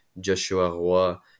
joshua